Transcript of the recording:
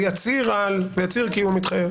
ויצהיר כי הוא מתחייב.